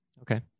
Okay